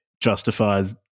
justifies